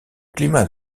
climat